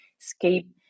escape